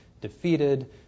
defeated